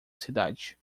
cidade